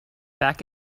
back